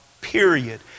period